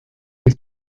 with